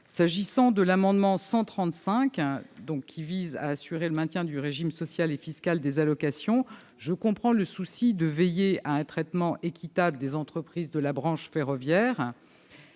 défavorable. L'amendement n° 135, quant à lui, vise à assurer le maintien du régime social et fiscal des allocations. Je comprends le souci d'assurer un traitement équitable des entreprises de la branche ferroviaire.